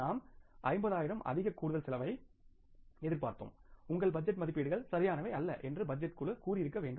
நாம் 50 ஆயிரம் அதிக கூடுதல் செலவை எதிர்பார்த்தோம் உங்கள் பட்ஜெட் மதிப்பீடுகள் சரியானவை அல்ல என்று பட்ஜெட் குழு கூறி இருக்க வேண்டும்